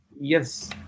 yes